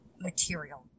material